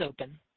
open